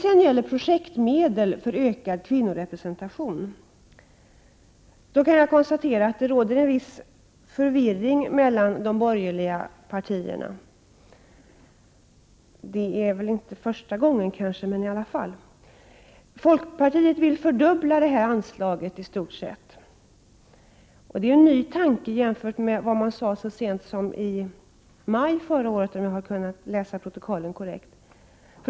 När det gäller projektmedel för ökad kvinnorepresentation kan jag konstatera att det råder en viss förvirring mellan de borgerliga partierna. Det är väl inte första gången, men i alla fall. Folkpartiet vill i stort sett fördubbla anslaget. Det är en ny tanke jämfört med vad man sade så sent som i maj förra året — om jag har kunnat läsa protokollen korrekt.